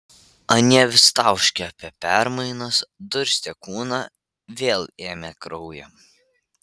anie vis tauškė apie permainas durstė kūną vėl ėmė kraują